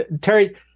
terry